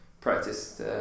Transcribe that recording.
practice